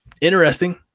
interesting